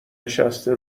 نشسته